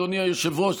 אדוני היושב-ראש,